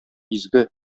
изге